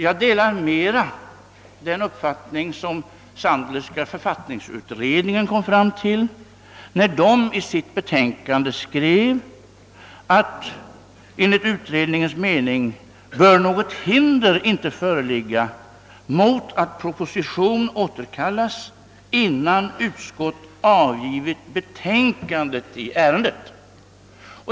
Jag delar i stället den uppfattning som den Sandlerska = författningsutredningen kom fram till, när utredningen i sitt betänkande skrev att enligt utredningens mening bör något hinder inte föreligga mot att propositionen återkallas innan utskott avgivit betänkande i ärendet.